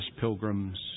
pilgrims